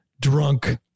drunk